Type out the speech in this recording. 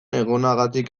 egonagatik